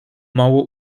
mało